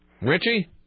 Richie